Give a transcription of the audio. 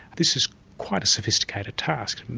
this is quite a sophisticated task,